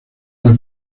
una